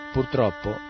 Purtroppo